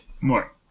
more